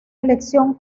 elección